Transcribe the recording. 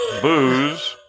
Booze